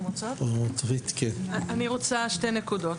שתי נקודות.